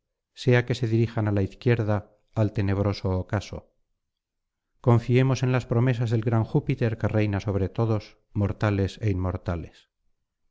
sea que se dirijan á la izquierda al tenebroso ocaso confiemos en las promesas del gran júpiter que reina sobre todos mortales é inmortales